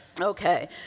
Okay